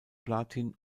platin